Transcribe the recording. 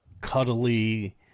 cuddly